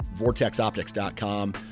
VortexOptics.com